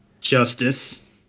Justice